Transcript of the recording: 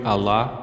Allah